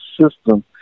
system